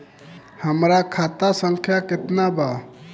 हमरा खाता संख्या केतना बा?